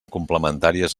complementàries